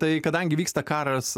tai kadangi vyksta karas